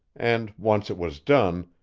and once it was done,